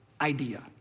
idea